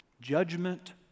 Judgment